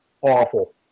Awful